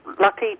lucky